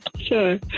Sure